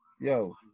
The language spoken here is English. Yo